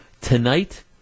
Tonight